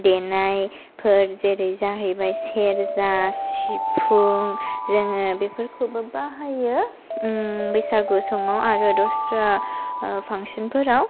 फोर जेरै जाहैबाय सेरजा सिफुं जोङो बेफोरखौबो बाहाययो बैसागु समाव आरो दसरा फांसनफोराव